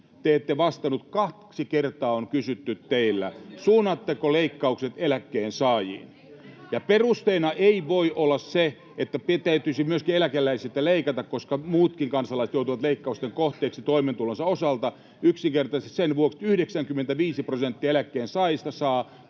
te ette ole vastannut, kun kaksi kertaa on kysytty teiltä, suuntaatteko leikkaukset eläkkeensaajiin. [Vilhelm Junnila: Kuka poisti eläkeputken?] Ja perusteena ei voi olla se, että täytyisi myöskin eläkeläisiltä leikata, koska muutkin kansalaiset joutuvat leikkausten kohteeksi toimeentulonsa osalta, yksinkertaisesti sen vuoksi, että 95 prosenttia eläkkeensaajista saa